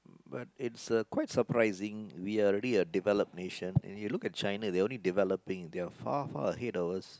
but it's uh quite surprising we are already a developed nation and you look at China they are already developing they are far far ahead of us